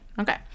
Okay